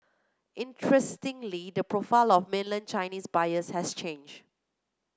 interestingly the profile of mainland Chinese buyers has changed